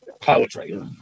Poetry